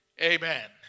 Amen